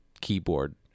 keyboard